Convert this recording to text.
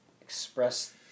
express